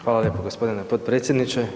Hvala lijepo gospodine potpredsjedniče.